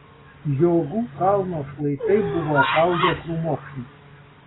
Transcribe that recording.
žiogų kalno šlaitai buvo apaugę krūmokšniais